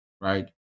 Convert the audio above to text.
right